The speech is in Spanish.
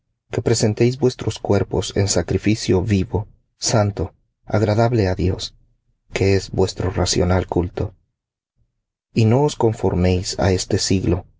que presentéis vuestros cuerpos en sacrificio vivo santo agradable á dios vuestro racional culto y no os conforméis á este siglo